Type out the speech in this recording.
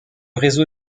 réseau